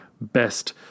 best